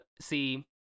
see